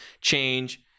change